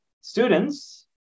students